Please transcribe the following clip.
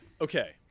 Okay